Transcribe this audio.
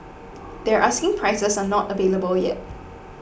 their asking prices are not available yet